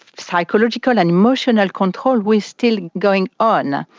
psychological and emotional control was still going on.